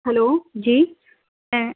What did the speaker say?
hello جی میں